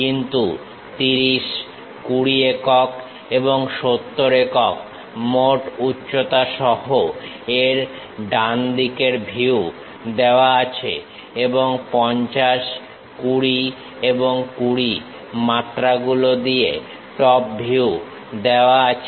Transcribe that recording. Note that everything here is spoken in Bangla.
কিছু 30 20 একক এবং 70 একক মোট উচ্চতা সহ এর ডান দিকের ভিউ দেওয়া আছে এবং 50 20 এবং 20 মাত্রাগুলো দিয়ে টপ ভিউ দেওয়া আছে